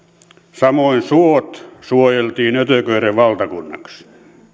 samoin suot suojeltiin ötököiden valtakunnaksi